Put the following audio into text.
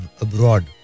abroad